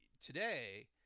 today